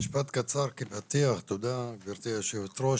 אולי משפט קצר כפתיח, תודה גברתי היושבת ראש.